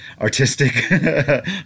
artistic